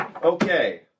Okay